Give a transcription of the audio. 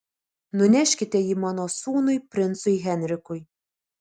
nuneškite jį mano sūnui princui henrikui